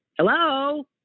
Hello